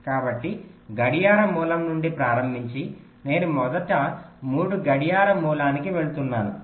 కాబట్టి గడియార మూలం నుండి ప్రారంభించి నేను మొదట 3 గడియార మూలానికి వెళ్తున్నాను